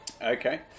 Okay